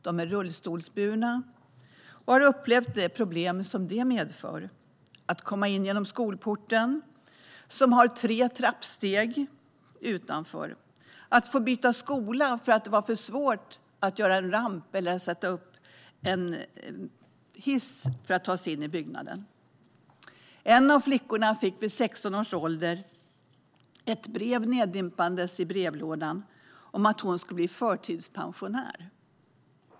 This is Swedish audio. De är rullstolsburna och har upplevt de problem som detta medför: att komma in genom skolporten som har tre trappsteg utanför eller att få byta skola för att det var för svårt att sätta dit en ramp eller hiss så att de kunde ta sig in i byggnaden. En av flickorna fick vid 16 års ålder ett brev neddimpandes i brevlådan om att hon skulle bli förtidspensionär.